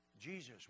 Jesus